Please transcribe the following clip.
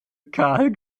carl